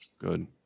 Good